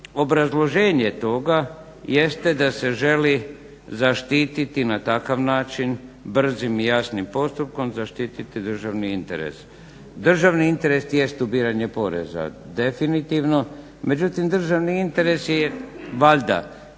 obrazloženje toga jeste da se želi zaštititi na takav način brzim i jasnim postupkom zaštititi državni interes. Državni interes jest ubiranje poreza definitivno, međutim državni interes je valjda